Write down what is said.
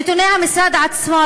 נתוני המשרד עצמו,